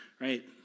right